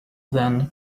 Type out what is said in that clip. then